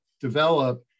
develop